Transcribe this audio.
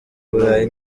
burayi